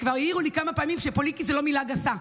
וכבר העירו לי כמה פעמים שפוליטי זו לא מילה גסה,